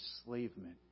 enslavement